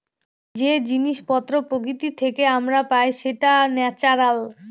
যে জিনিস পত্র প্রকৃতি থেকে আমরা পাই সেটা ন্যাচারাল